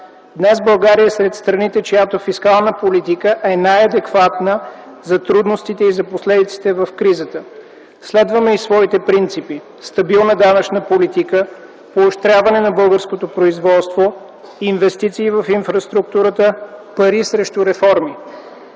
Днес България е сред страните, чиято фискална политика е най-адекватна за трудностите и за последиците в кризата. Следваме и своите принципи: стабилна данъчна политика, поощряване на българското производство, инвестиции в инфраструктурата, пари срещу реформи.